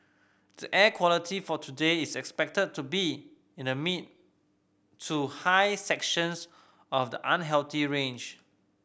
the air quality for today is expected to be in the mid to high sections of the unhealthy range